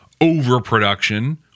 overproduction